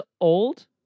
old